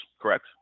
correct